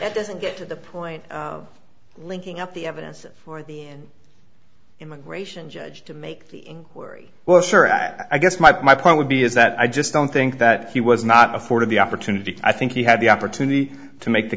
that doesn't get to the point of linking up the evidence for the immigration judge to make the inquiry welsher i guess my point would be is that i just don't think that he was not afforded the opportunity i think he had the opportunity to make the